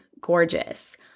gorgeous